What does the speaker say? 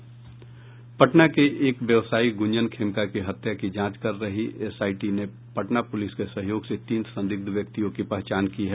पटना के एक व्यवसायी गूंजन खेमका की हत्या की जांच कर रही एसआईटी ने पटना पुलिस के सहयोग से तीन संदिग्ध व्यक्तियों की पहचान की है